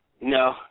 No